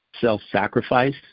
self-sacrifice